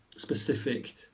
specific